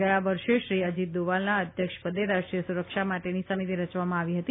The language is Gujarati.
ગયા વર્ષે શ્રી અજીત દોવલના અધ્યક્ષપદે રાષ્ટ્રીય સુરક્ષા માટેની સમિતિ રચવામાં આવી હતી